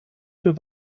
für